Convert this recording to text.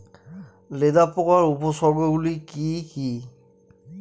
লেদা পোকার উপসর্গগুলি কি কি?